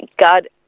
god